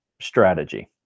strategy